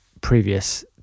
previous